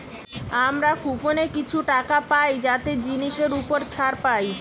আমরা কুপনে কিছু টাকা পাই যাতে জিনিসের উপর ছাড় পাই